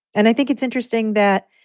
and i think it's interesting that.